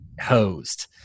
hosed